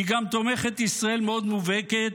היא גם תומכת ישראל מאוד מובהקת,